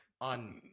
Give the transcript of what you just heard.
on